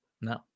No